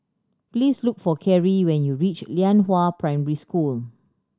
please look for Kerry when you reach Lianhua Primary School